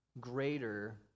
greater